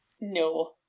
No